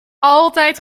altijd